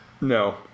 No